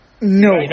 No